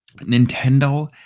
Nintendo